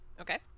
Okay